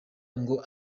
ngo